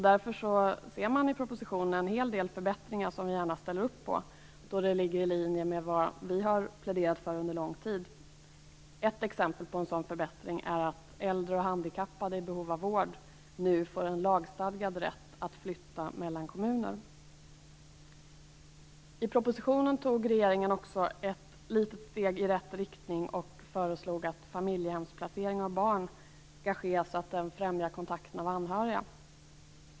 Därför kan man i propositionen se en hel del förbättringar som vi moderater gärna ställer upp på, då de ligger i linje med vad vi har pläderat för under lång tid. Ett exempel på en sådan förbättring är att äldre och handikappade i behov av vård nu får en lagstadgad rätt att flytta mellan kommuner. I propositionen tog regeringen också ett litet steg i rätt riktning och föreslog att familjehemsplacering av barn skall ske så att den främjar kontakten med anhöriga.